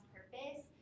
purpose